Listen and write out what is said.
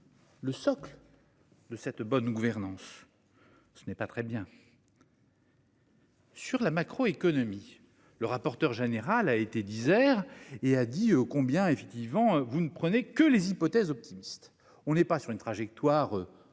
Le stock. Le cette bonne gouvernance. Ce n'est pas très bien. Sur la macro-économie. Le rapporteur général a été disert et a dit, oh combien effectivement vous ne prenait que les hypothèses optimistes. On n'est pas sur une trajectoire moyenne